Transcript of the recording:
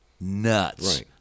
nuts